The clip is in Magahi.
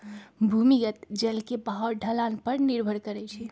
भूमिगत जल के बहाव ढलान पर निर्भर करई छई